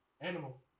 animal